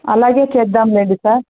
అలాగే చేద్దాం లేండి సార్